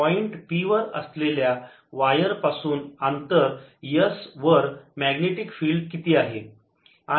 point P वर असलेल्या wire पासून अंतर S वर मॅग्नेटिक फिल्ड किती आहे